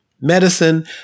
medicine